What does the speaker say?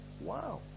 Wow